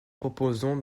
proposons